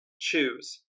choose